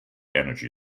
energy